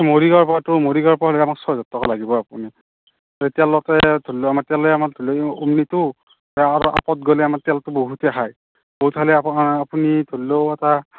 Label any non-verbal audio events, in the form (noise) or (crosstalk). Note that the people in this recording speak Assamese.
মৰিগাঁৱৰ পৰাতো মৰিগাঁৱৰ পৰা আমাক ছয় হাজাৰ টকা লাগিবই (unintelligible) তেতিয়ালৈকে ধৰি লওক আমাৰ তেলেই আমাৰ (unintelligible) ওমনিটো (unintelligible) গ'লে আমাৰ তেলটো বহুতে খায় (unintelligible) আপোনাৰ আপুনি ধৰি লওক তাৰ